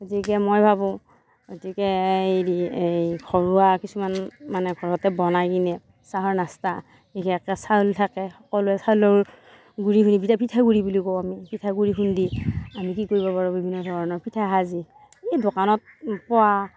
গতিকে মই ভাবোঁ গতিকেই হেৰি এই ঘৰুৱা কিছুমান মানে ঘৰতে বনাই কিনে চাহৰ নাস্তা বিশেষকৈ চাউল থাকে সকলোৱে চাউলৰ গুড়ি গুড়ি ইতা পিঠাগুড়ি বুলি কওঁ আমি পিঠাগুড়ি খুন্দি আমি কি কৰিব পাৰোঁ বিভিন্ন ধৰণৰ পিঠা সাজি এই দোকানত পোৱা